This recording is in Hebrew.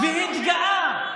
רק רגע.